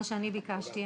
מה שביקשתי,